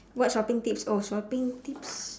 what shopping tips oh shopping tips